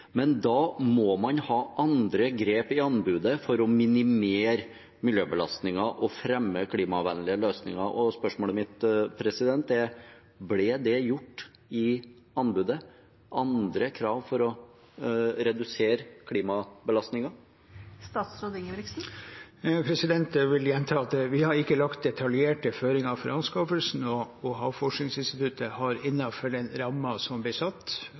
men da må man ha andre grep i anbudet for å minimere miljøbelastningen og fremme klimavennlige løsninger. Spørsmålet mitt er: Ble det i anbudet stilt andre krav for å redusere klimabelastningen? Jeg vil gjenta at vi ikke har lagt detaljerte føringer for anskaffelsen. Havforskningsinstituttet har holdt seg innenfor den rammen som ble satt,